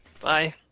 Bye